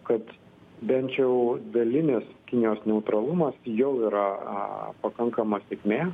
kad bent jau dalinis kinijos neutralumas jau yra pakankama sėkmė